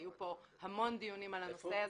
היו פה המון דיונים על הנושא הזה,